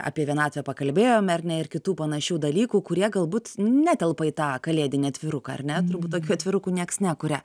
apie vienatvę pakalbėjome ar ne ir kitų panašių dalykų kurie galbūt netelpa į tą kalėdinį atviruką ar ne turbūt tokių atvirukų nieks nekuria